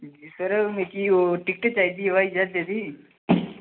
हां जी सर मिगी ओह् टिकट चाहिदी हवाई ज्हाजै दी